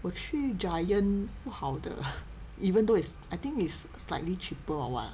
我去 Giant 不好的 even though is I think is slightly cheaper or what